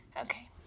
Okay